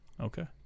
Okay